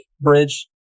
bridge